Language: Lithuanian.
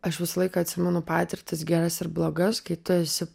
aš visą laiką atsimenu patirtis geras ir blogas kai tu esi